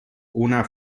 una